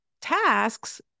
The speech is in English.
tasks